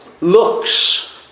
looks